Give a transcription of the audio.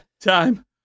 time